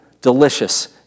delicious